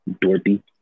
Dorothy